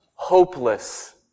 Hopeless